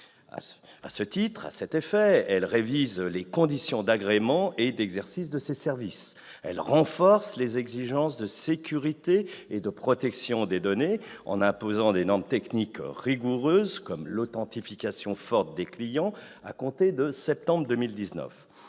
Elle révise à cet effet les conditions d'agrément et d'exercice de ces services. Elle renforce les exigences de sécurité et de protection des données en imposant des normes techniques rigoureuses, comme l'« authentification forte » des clients, à compter de septembre 2019.